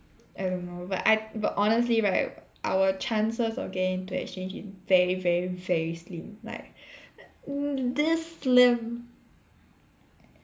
I don't know but I but honestly right our chances of getting into exchange is very very very slim like this slim